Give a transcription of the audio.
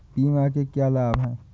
बीमा के क्या लाभ हैं?